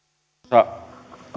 arvoisa